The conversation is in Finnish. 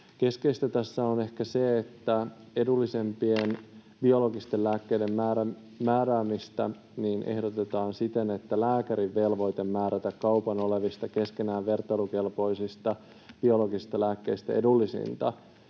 Keskeistä tässä on ehkä se, että edullisempien biologisten lääkkeiden määräämistä ehdotetaan siten, että ”lääkärin velvoite määrätä kaupan olevista, keskenään vertailukelpoisista ja vaihtoehtoisista biologisista lääkkeistä edullisinta...”,